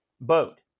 Boat